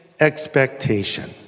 expectation